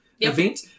event